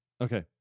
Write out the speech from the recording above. Okay